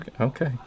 Okay